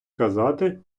казати